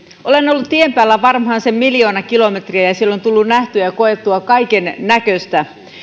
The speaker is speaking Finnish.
olen ollut tien päällä varmaan sen miljoona kilometriä ja siellä on tullut nähtyä ja koettua kaikennäköistä